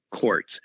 courts